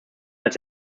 als